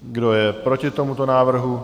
Kdo je proti tomuto návrhu?